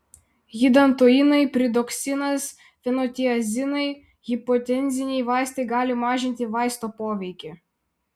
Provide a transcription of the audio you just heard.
hidantoinai piridoksinas fenotiazinai hipotenziniai vaistai gali mažinti vaisto poveikį